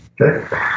Okay